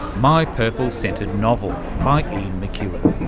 my purple scented novel, by ian mcewan.